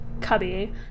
cubby